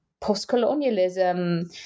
post-colonialism